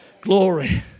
Glory